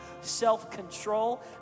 self-control